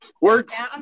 works